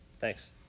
Thanks